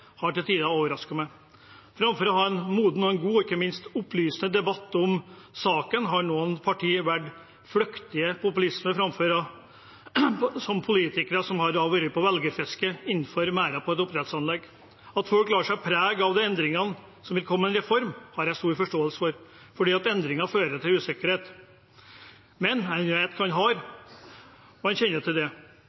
til tider har overrasket meg. Framfor å ha en moden, god og ikke minst opplysende debatt om saken har noen partier valgt flyktig populisme, som politikere som har vært på velgerfiske innenfor merdene i et oppdrettsanlegg. At folk lar seg prege av de endringene som vil komme med en reform, har jeg stor forståelse for, fordi endringer fører til usikkerhet. En vet hva en har, en kjenner jo til det,